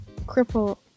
cripple